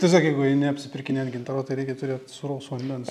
tiesiog jeigu eini apsipirkinėt gintaro tai reikia turėt sūraus vandens